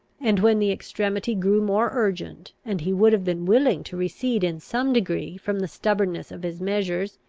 and, when the extremity grew more urgent, and he would have been willing to recede in some degree from the stubbornness of his measures,